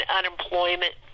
unemployment